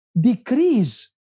decrease